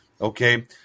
okay